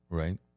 right